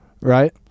Right